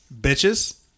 Bitches